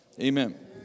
amen